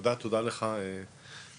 תודה לך האוזנר.